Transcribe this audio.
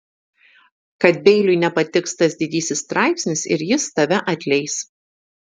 kad beiliui nepatiks tas didysis straipsnis ir jis tave atleis